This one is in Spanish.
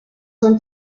son